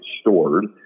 stored